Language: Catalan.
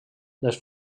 les